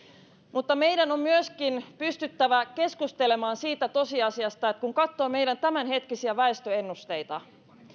mutta meidän on myöskin pystyttävä keskustelemaan siitä tosiasiasta että kun katsoo meidän tämänhetkisiä väestöennusteita